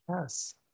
Yes